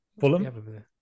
Fulham